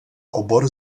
obor